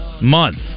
month